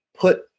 put